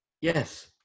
yes